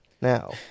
now